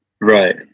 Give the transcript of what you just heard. Right